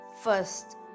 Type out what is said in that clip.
First